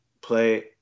play